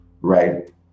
right